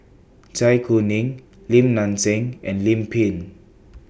Zai Kuning Lim Nang Seng and Lim Pin